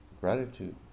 gratitude